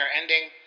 ending